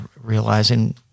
realizing